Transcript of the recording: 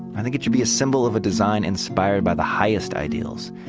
i think it should be a symbol of a design inspired by the highest ideals,